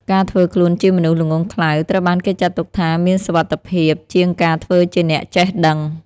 ការធ្វើខ្លួនជាមនុស្សល្ងង់ខ្លៅ ត្រូវបានគេចាត់ទុកថាមានសុវត្ថិភាពជាងការធ្វើជាអ្នកចេះដឹង។